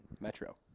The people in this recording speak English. metro